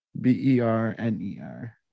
B-E-R-N-E-R